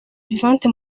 vivante